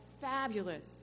fabulous